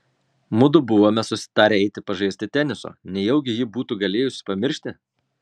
mudu buvome susitarę eiti pažaisti teniso nejaugi ji būtų galėjusi pamiršti